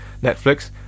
Netflix